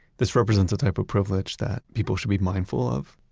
this represents a type of privilege that people should be mindful of,